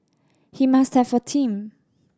he must have a team